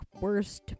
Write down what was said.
worst